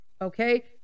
okay